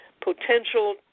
potential